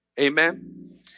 Amen